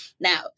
Now